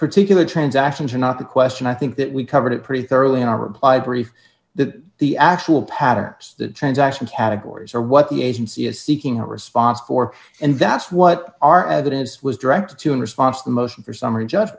particular transactions are not the question i think that we covered it pretty thoroughly in our reply brief that the actual pattern that transactions categories are what the agency is seeking a response for and that's what our evidence was directed to in response the motion for summary j